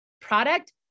Product